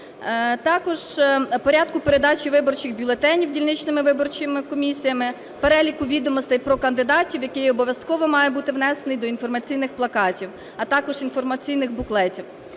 також порядку передачі виборчих бюлетенів дільничними виборчими комісіями; переліку відомостей про кандидатів, який обов'язково має бути внесений до інформаційних плакатів, а також інформаційних буклетів.